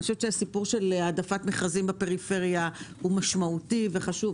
הסיפור של העדפת מכרזים בפריפריה הוא משמעותי וחשוב,